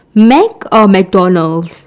mac or mcdonald's